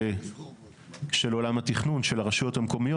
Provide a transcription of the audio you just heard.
של עולם התכנון, של עולם התכנון.